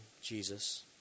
Jesus